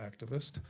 activist